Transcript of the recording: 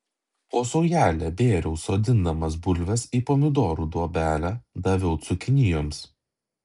po saujelę bėriau sodindamas bulves į pomidorų duobelę daviau cukinijoms